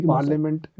Parliament